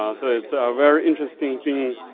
um so it's a very interesting thing,